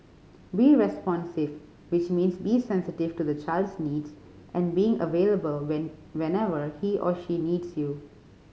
be responsive which means be sensitive to the child's needs and being available when whenever he or she needs you